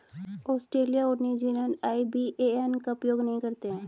Australia और New Zealand IBAN का उपयोग नहीं करते हैं